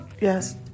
Yes